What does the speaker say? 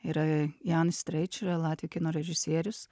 yra jan streičerio latvių kino režisierius